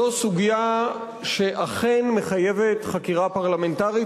זו סוגיה שאכן מחייבת חקירה פרלמנטרית,